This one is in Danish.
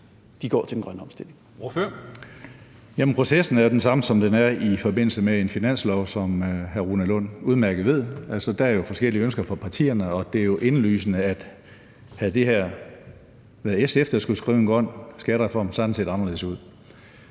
Karsten Hønge (SF): Jamen processen er jo den samme, som den er i forbindelse med en finanslov, hvilket hr. Rune Lund udmærket ved. Der er forskellige ønsker fra partierne, og det er jo indlysende, at havde det været SF, der skulle skrive en grøn skattereform, havde den set anderledes ud.